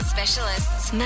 Specialists